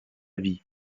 vie